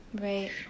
Right